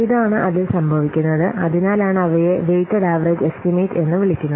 ഇതാണ് അതിൽ സംഭവിക്കുന്നത് അതിനാലാണ് അവയെ വെയിറ്റഡ് ആവറെജ് എസ്ടിമെറ്റ് എന്ന് വിളിക്കുന്നത്